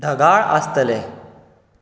ढगाळ आसतलें